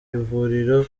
ivuriro